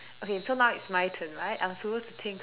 okay so now it's my turn right I'm supposed to think